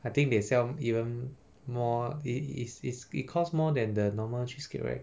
I think they sell even more it~ it's it costs more than the normal cheesecake right